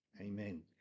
Amen